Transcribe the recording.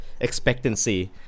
expectancy